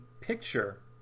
picture